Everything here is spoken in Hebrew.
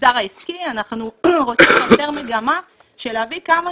למגזר העסקי אנחנו רוצים לייצר מגמה של להביא כמה